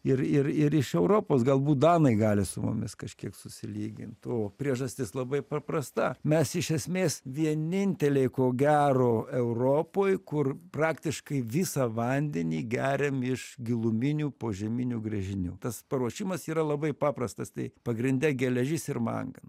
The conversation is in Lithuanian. ir ir ir iš europos galbūt danai gali su mumis kažkiek susilygint o priežastis labai paprasta mes iš esmės vieninteliai ko gero europoj kur praktiškai visą vandenį geriam iš giluminių požeminių gręžinių tas paruošimas yra labai paprastas tai pagrinde geležis ir manganas